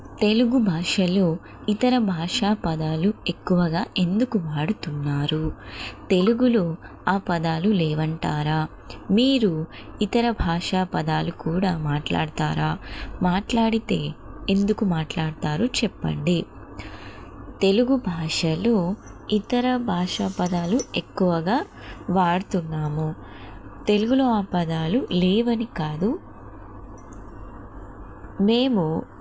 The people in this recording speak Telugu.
తెలుగు భాషలో ఇతర భాషా పదాలు ఎక్కువగా ఎందుకు వాడుతున్నారు తెలుగులో ఆ పదాలు లేవంటారా మీరు ఇతర భాషా పదాలు కూడా మాట్లాడతారా మాట్లాడితే ఎందుకు మాట్లాడతారు చెప్పండి తెలుగు భాషలో ఇతర భాష పదాలు ఎక్కువగా వాడుతున్నాము తెలుగులో ఆ పదాలు లేవు అని కాదు మేము